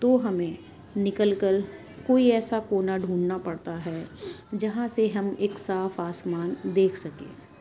تو ہمیں نکل کر کوئی ایسا کونا ڈھنڈنا پڑتا ہے جہاں سے ہم ایک صاف آسمان دیکھ سکیں